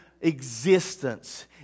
existence